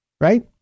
right